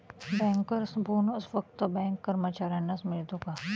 Bankers bonus फक्त bank कर्मचाऱ्यांनाच मिळतो का?